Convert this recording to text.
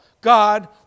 God